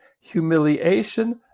humiliation